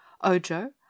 Ojo